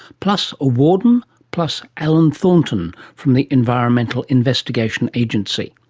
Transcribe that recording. plus a warden, plus allan thornton from the environmental investigation agency.